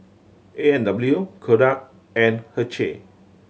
A and W Kodak and Herschel